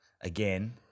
again